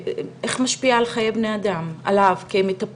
איך זה משפיע על חיי בני אדם, עליו כמטפל?